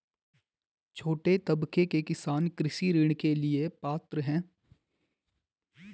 छोटे तबके के किसान कृषि ऋण के लिए पात्र हैं?